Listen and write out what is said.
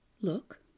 look